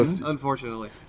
unfortunately